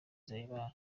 nzeyimana